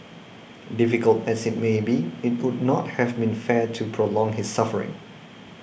difficult as it may be it would not have been fair to prolong his suffering